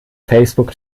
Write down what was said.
facebook